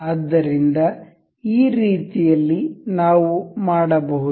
ಆದ್ದರಿಂದ ಈ ರೀತಿಯಲ್ಲಿ ನಾವು ಮಾಡಬಹುದು